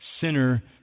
sinner